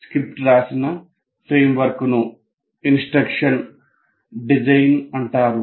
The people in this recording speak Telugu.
స్క్రిప్ట్ వ్రాసిన ఫ్రేమ్వర్క్ను ఇన్స్ట్రక్షన్ డిజైన్ అంటారు